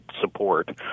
support